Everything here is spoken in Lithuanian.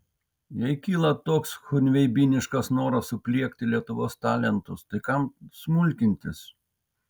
jei kyla toks chunveibiniškas noras supliekti lietuvos talentus tai kam smulkintis